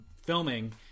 filming